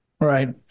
Right